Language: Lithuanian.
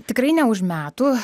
tikrai ne už metų